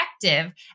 effective